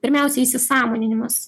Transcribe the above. pirmiausia įsisąmoninimas